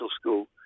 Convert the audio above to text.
School